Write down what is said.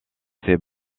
ces